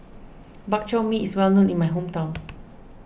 Bak Chor Mee is well known in my hometown